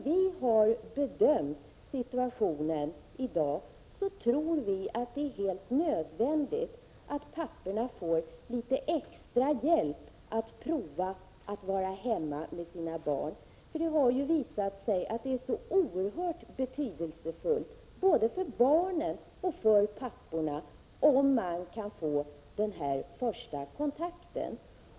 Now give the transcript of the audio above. Vi har bedömt situationen i dag så, att det är helt nödvändigt att papporna får litet extra hjälp med att prova att vara hemma hos sina barn. För det har ju visat sig vara oerhört betydelsefullt, både för barnen och papporna, om de kan få den här första kontakten.